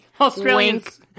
Australians